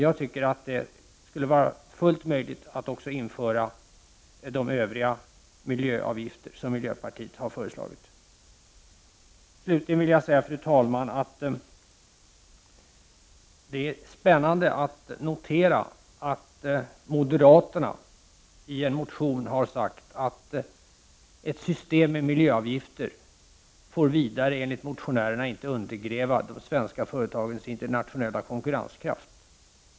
Det skulle också vara fullt möjligt att införa de övriga miljöavgifter som miljöpartiet har föreslagit. Slutligen vill jag, fru talman, säga att det är spännande att notera att moderaterna i en motion har sagt att ett system med miljöavgifter inte får undergräva de svenska företagens internationella konkurrenskraft.